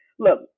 Look